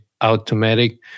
automatic